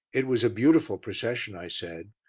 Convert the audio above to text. it was a beautiful procession, i said.